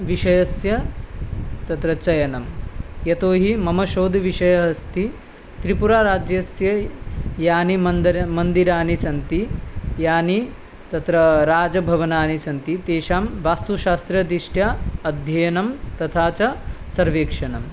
विषयस्य तत्र चयनं यतो हि मम शोधविषयः अस्ति त्रिपुराराज्यस्य यानि मन्दिर मन्दिराणि सन्ति यानि तत्र राजभवनानि सन्ति तेषां वास्तुशास्त्रदृष्ट्या अध्ययनं तथा च सर्वेक्षणम्